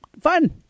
fun